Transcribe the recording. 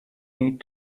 need